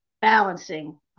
balancing